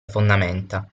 fondamenta